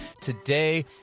Today